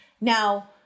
Now